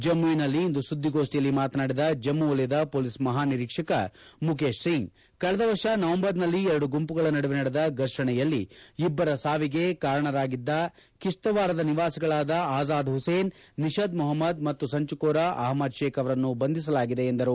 ಜಮ್ಮವಿನಲ್ಲಿ ಇಂದು ಸುದ್ದಿಗೋಷ್ಣಿಯಲ್ಲಿ ಮಾತನಾಡಿದ ಜಮ್ಮ ವಲಯದ ಪೊಲೀಸ್ ಮಹಾನಿರೀಕ್ಷಕ ಮುಖೇಶ್ ಸಿಂಗ್ ಕಳೆದ ವರ್ಷ ನವೆಂಬರ್ನಲ್ಲಿ ಎರಡು ಗುಂಪುಗಳ ನಡುವೆ ನಡೆದ ಫರ್ಷಣೆಯಲ್ಲಿ ಇಬ್ಬರ ಸಾವಿಗೆ ಕಾರಣರಾಗಿದ್ದ ಕಿಶ್ವಾರದ ನಿವಾಸಿಗಳಾದ ಆಜಾದ್ ಹುಸೇನ್ ನಿಷದ್ ಅಹಮದ್ ಮತ್ತು ಸಂಚುಕೋರ ಅಹಮದ್ ಶೇಖ್ ಅವರನ್ನು ಬಂಧಿಸಲಾಗಿದೆ ಎಂದು ಹೇಳಿದರು